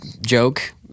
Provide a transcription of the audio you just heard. joke